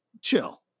chill